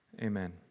Amen